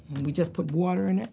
we just put water in it,